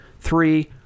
Three